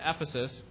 Ephesus